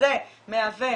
וזה מהווה